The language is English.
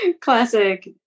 classic